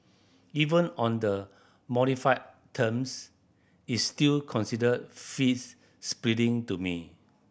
even on the modified terms it's still considered fees splitting to me